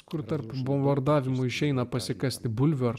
kur tarp bombardavimų išeina pasikasti bulvių ar